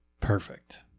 Perfect